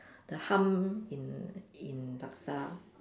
the hum in in laksa